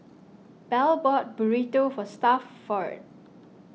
Bell bought Burrito for Stafford